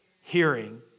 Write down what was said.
Hearing